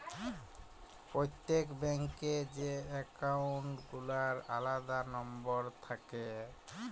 প্রত্যেক ব্যাঙ্ক এ যে একাউল্ট গুলার আলাদা লম্বর থাক্যে